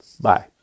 Bye